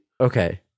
Okay